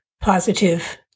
positive